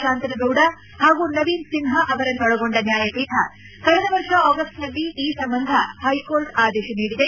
ಶಾಂತನಗೌಡ ಹಾಗೂ ನವೀನ್ ಸಿನ್ಹಾ ಅವರನ್ನೊಳಗೊಂಡ ನ್ಲಾಯಪೀಠ ಕಳೆದ ವರ್ಷ ಆಗಸ್ಟ್ನಲ್ಲಿ ಈ ಸಂಬಂಧ ಹೈಕೋರ್ಟ್ ಆದೇಶ ನೀಡಿದೆ